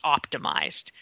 optimized